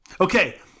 okay